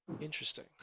Interesting